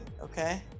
okay